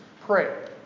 Pray